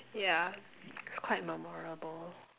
yeah it's quite memorable